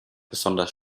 besonders